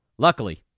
Luckily